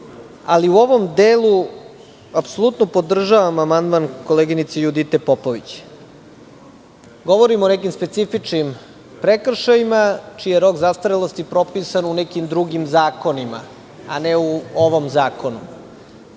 ali u ovom delu apsolutno podržavam amandman koleginice Judite Popović. Govorim o nekim specifičnim prekršajima čiji je rok zastarelosti propisan u nekim drugim zakonima, a ne u ovom zakonu.